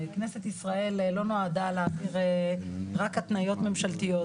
כנסת ישראל לא נועדה להעביר רק התניות ממשלתיות.